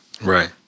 Right